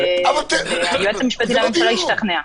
יעקב, היא פשוט לא עונה מה שאתה רוצה לשמוע.